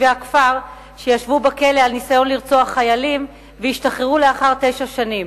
תושבי הכפר שישבו בכלא על ניסיון לרצוח חיילים והשתחררו לאחר תשע שנים.